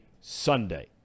Sunday